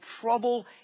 trouble